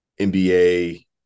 NBA